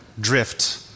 drift